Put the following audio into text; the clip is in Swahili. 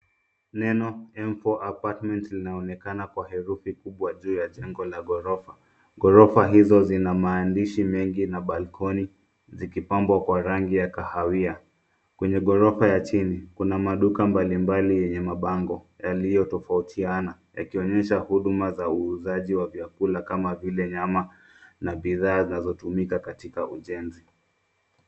Neno M4 Aparment linaonekana kwa herufi kubwa juu ya jengo la ghorofa. Ghorofa hizo zina maandishi mengi na balkoni zikipambwa kwa rangi ya kahawia. Kwenye ghorofa ya chini, kuna maduka mbalimbali yenye mabango yaliyotofautiana, yakionyesha huduma za uuzaji wa vyakula kama vile nyama na bidha zinazotumika katika ujenzi.